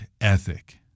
ethic